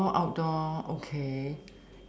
all outdoor okay